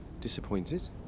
disappointed